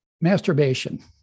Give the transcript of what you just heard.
masturbation